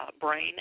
brain